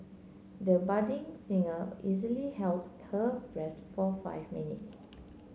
the budding singer easily held her breath for five minutes